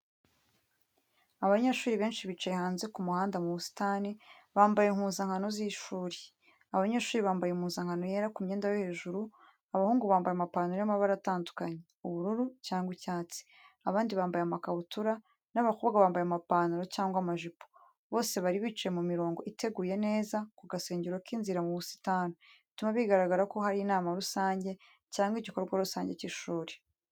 Abanyeshuri benshi bicaye hanze ku muhanda mubusitani, bambaye impuzankano y’ishuri. Abanyeshuri bambaye impuzankano yera ku myenda yo hejuru, abahungu bambaye amapantaro y’amabara atandukanye: ubururu cyangwa icyatsi, abandi bambaye amakabutura, n’abakobwa bambaye amapantaro cyangwa amajipo. Bose bari bicaye mu mirongo iteguye neza ku gasongero k’inzira mubusitani, bituma bigaragara ko hari inama rusange cyangwa igikorwa rusange cy’ishuri.